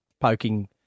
poking